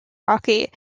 hockey